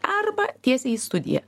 arba tiesiai į studiją